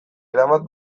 erabat